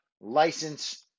license